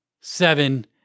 Seven